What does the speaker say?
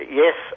yes